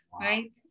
Right